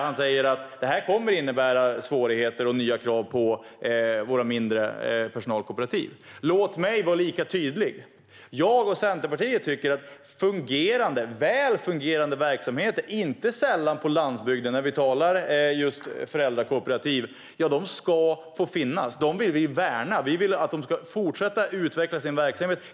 Han sa att det här kommer att innebära svårigheter och nya krav på våra mindre personalkooperativ. Låt mig vara lika tydlig. Jag och Centerpartiet tycker att väl fungerande verksamheter - inte sällan föräldrakooperativ på landsbygden - ska få finnas. Dem vill vi värna. Vi vill att de ska fortsätta utveckla sin verksamhet.